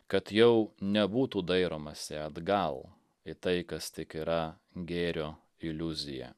kad jau nebūtų dairomasi atgal į tai kas tik yra gėrio iliuzija